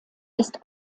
ist